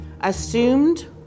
assumed